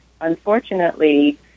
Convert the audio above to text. unfortunately